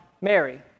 Mary